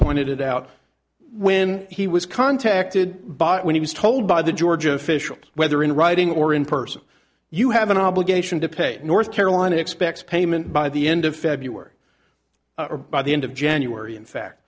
pointed out when he was contacted by when he was told by the georgia officials whether in writing or in person you have an obligation to pay north carolina expects payment by the end of february or by the end of january in fact